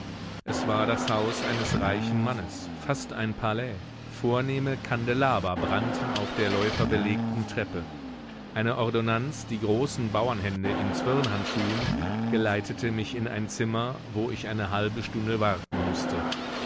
es war das haus eines reichen mannes fast ein palais vornehme kandelaber brannten auf der läuferbelegten treppe eine ordonnanz die großen bauernhände in zwirnhandschuhen geleitete mich in ein zimmer wo ich eine halbe stunde warten mußte